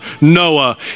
Noah